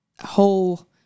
whole